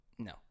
No